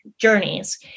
journeys